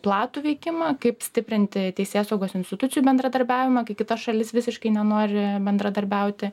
platų veikimą kaip stiprinti teisėsaugos institucijų bendradarbiavimą kai kita šalis visiškai nenori bendradarbiauti